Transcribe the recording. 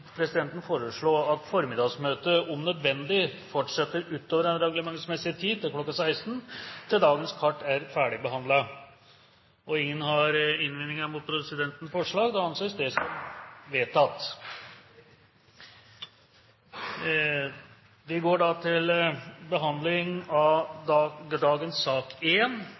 presidenten foreslå at formiddagsmøtet om nødvendig fortsetter utover den reglementsmessige tid, kl. 16, til dagens kart er ferdigbehandlet. – Ingen innvendinger er kommet mot presidentens forslag, og det anses vedtatt.